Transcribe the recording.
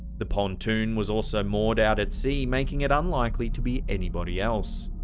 the pontoon was also moored out at sea, making it unlikely to be anybody else.